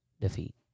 defeat